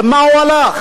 על מה הוא הלך?